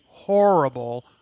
horrible